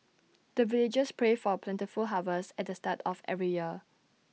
the villagers pray for plentiful harvest at the start of every year